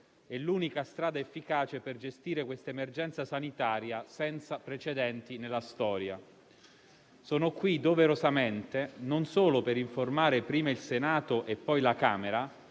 è l'unica strada efficace per gestire questa emergenza sanitaria senza precedenti nella storia. Sono qui doverosamente non solo per informare prima il Senato e poi la Camera,